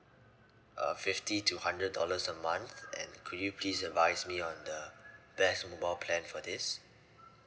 uh fifty to hundred dollars a month and could you please advise me on the best mobile plan for this